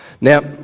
Now